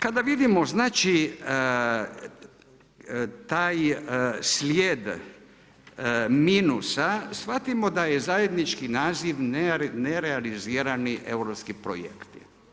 Kada vidimo taj slijed minusa, shvatimo da je zajednički naziv nerealizirani europski projekti.